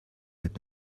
had